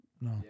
No